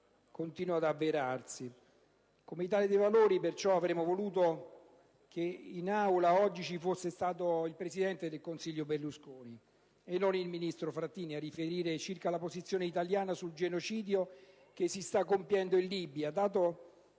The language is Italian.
continua a non avverarsi. Come Italia dei Valori, pertanto, avremmo voluto che in Aula ci fosse stato oggi il presidente del Consiglio Berlusconi, e non il ministro Frattini, a riferire sulla posizione italiana sul genocidio che si sta compiendo in Libia. Infatti,